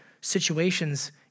situations